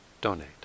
donate